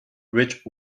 rich